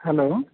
hello